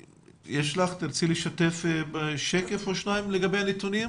תרצי לשתף בשקף או שניים לגבי הנתונים?